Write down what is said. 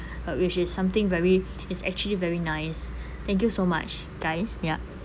uh which is something very is actually very nice thank you so much guys ya